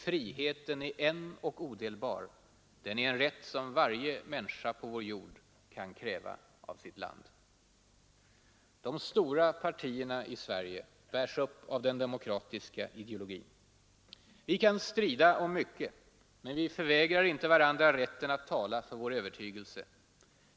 Friheten är en och odelbar, den är en rätt som varje människa på vår jord kan kräva av sitt land. De stora partierna i Sverige bärs upp av den demokratiska ideologin. Vi kan strida om mycket, men vi förvägrar inte varandra rätten att tala för vår övertygelse.